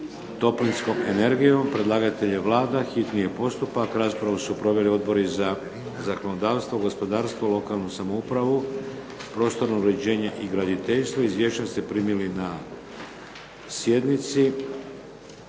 P.Z. br. 497 Predlagatelj je Vlada. Raspravu su proveli odbori za zakonodavstvo, gospodarstvo, lokalnu samoupravu, prostorno uređenje i graditeljstvo. Izvješća ste primili na sjednici.